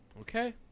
Okay